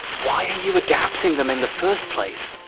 why are you adapting them in the first place?